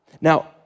Now